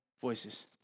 voices